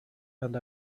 and